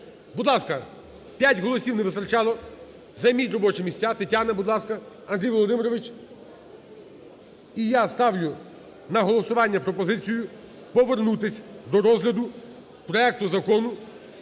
Будь ласка, 5 голосів не вистачало, займіть робочі місця. Тетяна, будь ласка, Андрій Володимирович. І я ставлю на голосування пропозицію, повернутися до розгляду проекту Закону